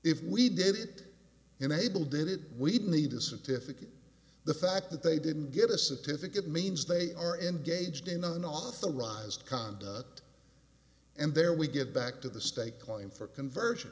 if we did it in a bill did it we'd need a certificate the fact that they didn't get a certificate means they are engaged in an authorised conduct and there we get back to the state claim for conversion